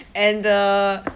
and the